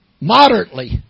moderately